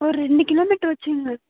ஒரு ரெண்டு கிலோமீட்ரு வச்சிக்கங்க